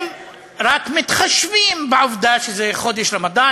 הם רק מתחשבים בעובדה שזה חודש רמדאן,